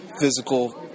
physical